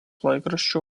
laikraščio